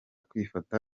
kwifata